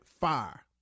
fire